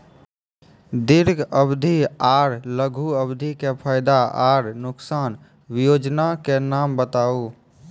दीर्घ अवधि आर लघु अवधि के फायदा आर नुकसान? वयोजना के नाम बताऊ?